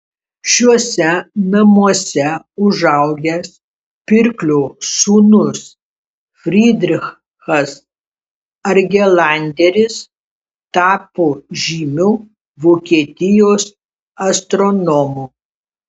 šiuose namuose užaugęs pirklio sūnus frydrichas argelanderis tapo žymiu vokietijos astronomu